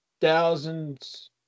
thousands